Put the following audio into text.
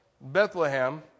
Bethlehem